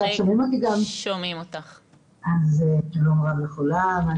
שלום רב לכולם.